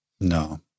No